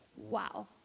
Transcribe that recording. wow